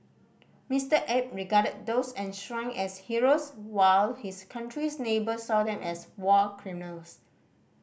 Mister Abe regarded those enshrined as heroes while his country's neighbours saw them as war criminals